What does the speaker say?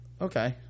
okay